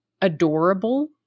adorable